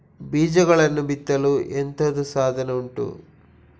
ಬೀಜಗಳನ್ನು ಬಿತ್ತಲು ಎಂತದು ಸಾಧನ ಉಂಟು?